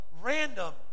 random